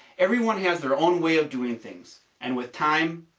everyone has their own way of doing things, and with time,